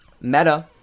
Meta